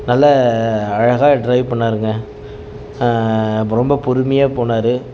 நல்ல அழகாக டிரைவ் பண்ணாருங்க ரொம்ப பொறுமையாக போனார்